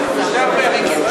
לו.